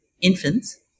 infants